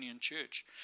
church